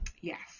Yes